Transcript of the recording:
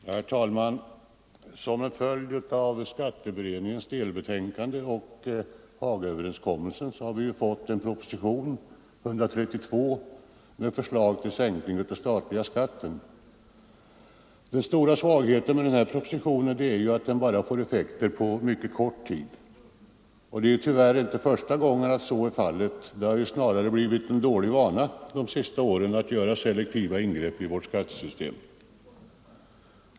Herr talman! Som en följd av skatteutredningens delbetänkande och Hagaöverenskommelsen har vi fått propositionen 132 med förslag till sänkning av den statliga skatten. Den stora svagheten med denna proposition är att den bara får effekter för en mycket kort tid. Tyvärr är det inte första gången så är fallet — det har snarare blivit en dålig vana under de senaste åren att göra selektiva ingrepp i vårt skattesystem.